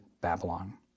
Babylon